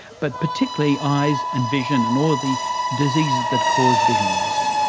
but particularly eyes and vision and all of the diseases that caused vision loss.